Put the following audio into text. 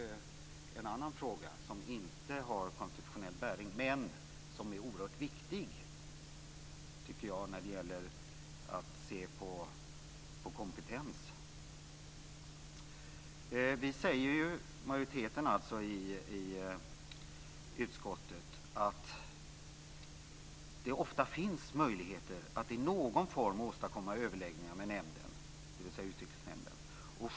Det är ju en annan fråga som inte har konstitutionell bäring men som är oerhört viktig när det gäller att se på kompetens. Majoriteten i utskottet säger att det ofta finns möjligheter att i någon form åstadkomma överläggningar med nämnden, dvs. Utrikesnämnden.